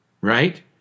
right